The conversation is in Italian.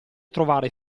trovare